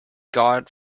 god